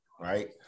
right